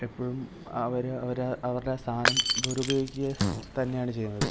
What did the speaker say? എപ്പോഴും അവര് അവര് അവരുടെ ആ സ്ഥാനം ദുരുപയോഗിക്കുക തന്നെയാണ് ചെയ്യുന്നത്